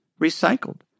recycled